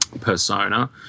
persona